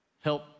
help